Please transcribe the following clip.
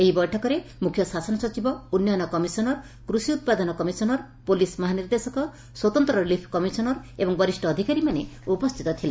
ଏହି ବେଠକରେ ମୁଖ୍ୟ ଶାସନ ସଚିବ ଉନ୍ନୟନ କମିଶନର କୃଷି ଉପାଦନ କମିଶନର ପୋଲିସ ମହାନିର୍ଦ୍ଦେଶକ ସ୍ୱତନ୍ତ ରିଲିଫ କମିଶନର ଏବଂ ବରିଷ ଅଧକାରୀମାନେ ଉପସ୍ଥିତ ଥିଲେ